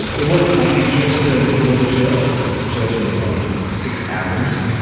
it wasn't my interest, ah to go to church, because church was like six hours,